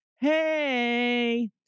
Hey